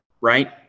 right